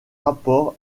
rapport